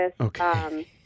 Okay